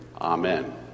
Amen